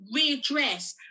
readdress